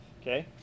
okay